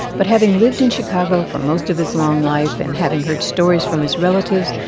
but having lived in chicago for most of his long life and having heard stories from his relatives,